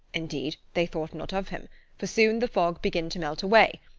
indeed they thought not of him for soon the fog begin to melt away,